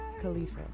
Khalifa